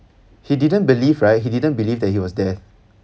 he didn't believe right he didn't believe that he was deaf